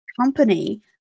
company